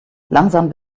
langsam